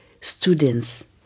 students